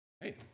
Hey